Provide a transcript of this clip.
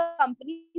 companies